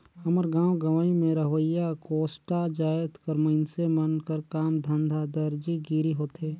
हमर गाँव गंवई में रहोइया कोस्टा जाएत कर मइनसे मन कर काम धंधा दरजी गिरी होथे